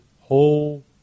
whole